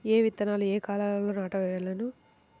ఏ విత్తనాలు ఏ కాలాలలో నాటవలెను?